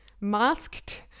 Masked